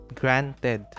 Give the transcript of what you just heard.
granted